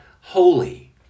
holy